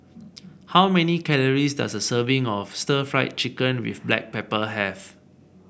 how many calories does a serving of Stir Fried Chicken with Black Pepper have